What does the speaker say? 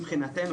מבחינתנו,